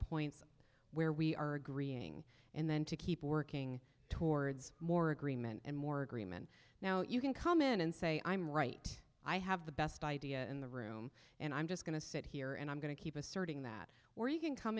points where we are agreeing and then to keep working towards more agreement and more agreement now you can come in and say i'm right i have the best idea in the room and i'm just going to sit here and i'm going to keep asserting that or you can come